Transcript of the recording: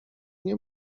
nie